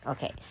Okay